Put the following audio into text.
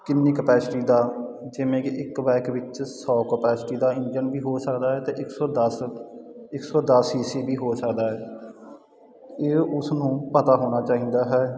ਕਿੰਨੀ ਕਪੈਸਿਟੀ ਦਾ ਜਿਵੇਂ ਕੀ ਇੱਕ ਬਾਇਕ ਵਿੱਚ ਸੋ ਕਪੈਸਿਟੀ ਦੀ ਇੰਜਨ ਵੀ ਹੋ ਸਕਦਾ ਤੇ ਇੱਕ ਸੋ ਦਸ ਇੱਕ ਸੋ ਦਸ ਸੀ ਸੀ ਵੀ ਹੋ ਸਕਦਾ ਉਹ ਉਸਨੂੰ ਪਤਾ ਹੋਣਾ ਚਾਹੀਦਾ ਹੈ